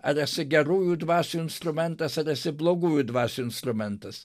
ar esi gerųjų dvasių instrumentas ar esi blogųjų dvasių instrumentas